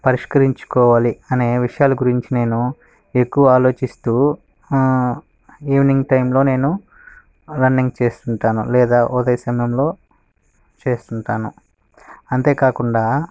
పరిష్కరించుకోవాలి అనే విషయాలు గురించి నేను ఎక్కువ ఆలోచిస్తు ఈవినింగ్ టైంలో నేను రన్నింగ్ చేస్తుంటాను లేదా ఉదయం సమయంలో చేస్తుంటాను అంతేకాకుండా